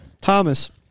Thomas